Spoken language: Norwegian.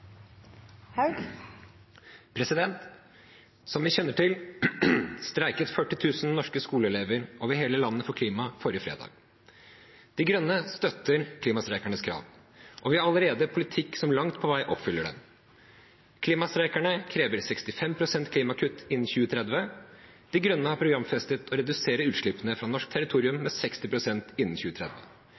vi kjenner til, streiket 40 000 norske skoleelever over hele landet for klimaet forrige fredag. De Grønne støtter klimastreikernes krav, og vi har allerede en politikk som langt på vei oppfyller dem: Klimastreikerne krever 65 pst. klimakutt innen 2030. De Grønne har programfestet å redusere utslippene fra norsk territorium med 60 pst. innen 2030.